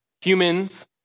humans